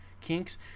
kinks